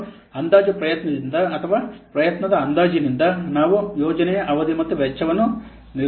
ಮತ್ತು ಅಂದಾಜು ಪ್ರಯತ್ನದಿಂದ ಅಥವಾ ಪ್ರಯತ್ನದ ಅಂದಾಜಿನಿಂದ ನಾವು ಯೋಜನೆಯ ಅವಧಿ ಮತ್ತು ವೆಚ್ಚವನ್ನು ನಿರ್ಧರಿಸಬಹುದು